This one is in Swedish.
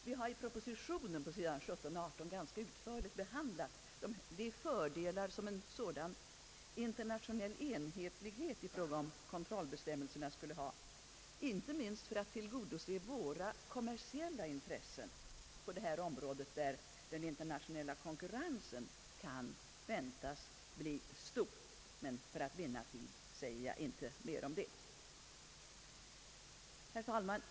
Vi har i propositionen på sidorna 17 och 18 ganska utförligt behandlat de fördelar som en sådan internationell enhetlighet i fråga om kontrollbestämmelserna skulle ha, inte minst för att tillgodose våra kommersiella intressen på detta område, där den internationella konkurrensen kan väntas bli stor. Men för att vinna tid säger jag inte mer om det. Herr talman!